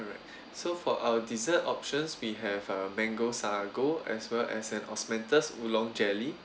alright so for our dessert options we have uh mango sago as well as an augmented oolong jelly